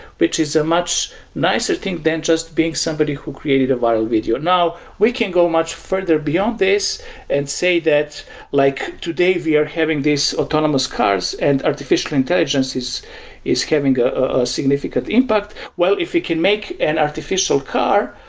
which is a much nicer thing than just being somebody who created a viral video. now, we can go much further beyond this and say that like today we are having this autonomous cars and artificial intelligence is is having a significant impact. well, if we can make an artificial car,